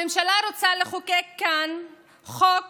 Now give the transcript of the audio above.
הממשלה רוצה לחוקק כאן חוק